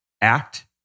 act